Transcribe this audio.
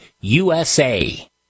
USA